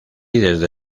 desde